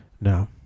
No